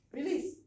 Release